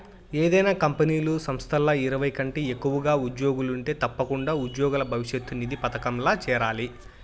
ఏదైనా కంపెనీలు, సంస్థల్ల ఇరవై కంటే ఎక్కువగా ఉజ్జోగులుంటే తప్పకుండా ఉజ్జోగుల భవిష్యతు నిధి పదకంల చేరాలి